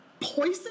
Poison